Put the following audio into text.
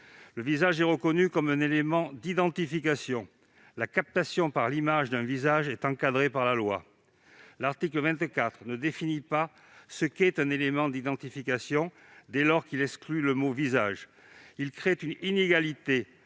Le visage est reconnu comme un élément d'identification. La captation par l'image d'un visage est encadrée par la loi. L'article 24 ne définit pas ce qu'est un élément d'identification, dès lors qu'il exclut le mot « visage ». Il crée une inégalité